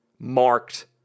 marked